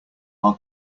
our